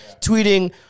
tweeting